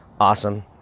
awesome